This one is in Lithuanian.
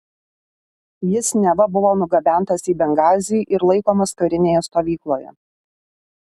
jis neva buvo nugabentas į bengazį ir laikomas karinėje stovykloje